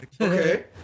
Okay